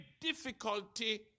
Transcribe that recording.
difficulty